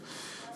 תודה רבה,